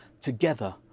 together